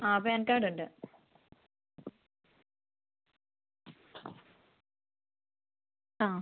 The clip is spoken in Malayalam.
ആ പാൻ കാർഡ് ഉണ്ട് ആ